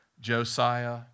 Josiah